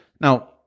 Now